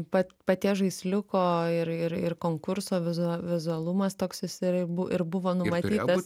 pat paties žaisliuko ir ir konkurso vizu vizualumas toks jis ir bu ir buvo numatytas